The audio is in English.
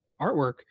artwork